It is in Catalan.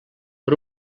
per